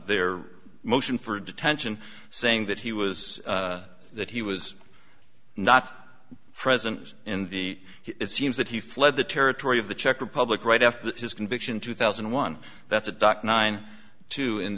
their motion for detention saying that he was that he was not present in the it seems that he fled the territory of the czech republic right after his conviction two thousand and one that's a dock nine two in